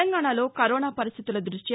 తెలంగాణలో కరోనా పరిస్దితుల దృష్ట్వ